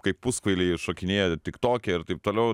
kaip puskvailiai šokinėja tiktoke ir taip toliau